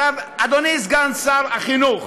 אדוני סגן שר החינוך,